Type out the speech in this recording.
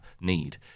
need